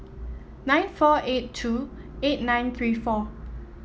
nine four eight two eight nine three four